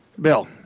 Bill